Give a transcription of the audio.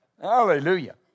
Hallelujah